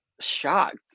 shocked